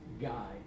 guy